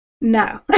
No